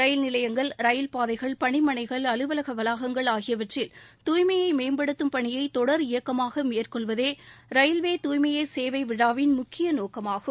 ரயில் நிலையங்கள் ரயில் பாதைகள் பணிமனைகள் அலுவலக வளாகங்கள் ஆகியவற்றில் தூய்மையை மேம்படுத்தும் பணியை தொடர் இயக்கமாக மேற்கொள்வதே தூய்மையே சேவை விழாவின் முக்கிய நோக்கமாகும்